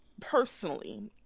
Personally